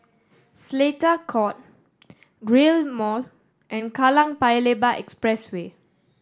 Seletar Court Rail Mall and Kallang Paya Lebar Expressway